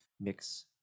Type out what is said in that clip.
mix